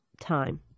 time